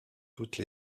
toutes